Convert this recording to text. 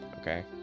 okay